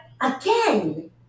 again